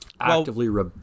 actively